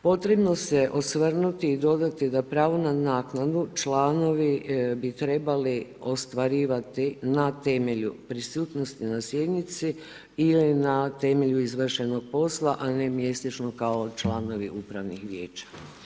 Potrebno se osvrnuti i dodati da pravo na naknadu članovi bi trebali ostvarivati na temelju prisutnosti na sjednici ili na temelju izvršenog posla, a ne mjesečno kao članovi upravnih vijeća.